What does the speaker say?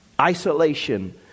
Isolation